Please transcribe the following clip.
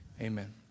Amen